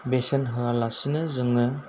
बेसेन होयालासेनो जोङो